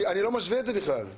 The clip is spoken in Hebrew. אני לא משווה את זה בכלל.